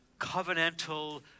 covenantal